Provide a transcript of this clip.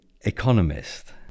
economist